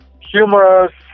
Humorous